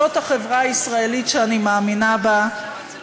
זאת החברה הישראלית שאני מאמינה בה,